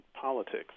politics